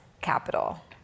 capital